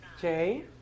Jay